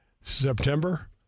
September